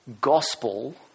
gospel